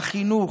החינוך,